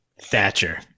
Thatcher